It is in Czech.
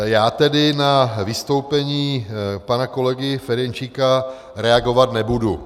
Já tedy na vystoupení pana kolegy Ferjenčíka reagovat nebudu.